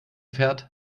fährt